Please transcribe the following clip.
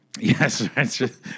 Yes